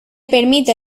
permite